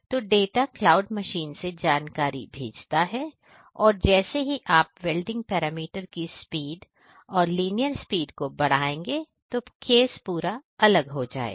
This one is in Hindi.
तो डाटा क्लाउड मशीन से जानकारी भेजता है और जैसे ही आप वेल्डिंग पैरामीटर की स्पीड और लिनियर स्पीड को बढ़ाएंगे तो केस पूरा अलग हो जाएगा